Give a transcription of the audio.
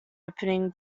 opening